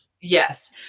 Yes